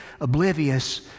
oblivious